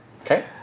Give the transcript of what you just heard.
Okay